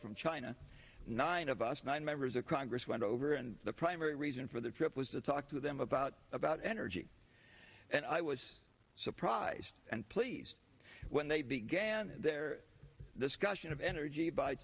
from china nine of us nine members of congress went over and the primary reason for the trip was to talk to them about about energy and i was surprised and pleased when they began their discussion of energy by